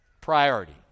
priority